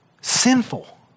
sinful